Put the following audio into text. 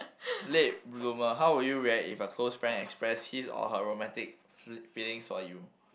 late bloomer how will you react if a close friend express his or her romantic fee~ feelings for you